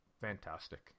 fantastic